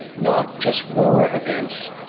not just raw events,